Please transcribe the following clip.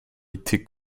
été